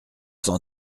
cent